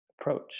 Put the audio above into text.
approach